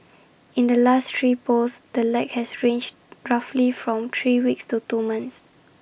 in the last three polls the lag has ranged roughly from three weeks to two months